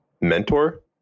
mentor